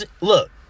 look